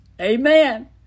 Amen